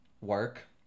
work